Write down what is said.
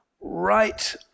right